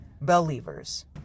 Believers